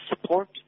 support